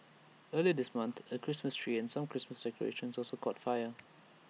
earlier this month A Christmas tree and some Christmas decorations also caught fire